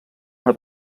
una